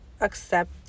accept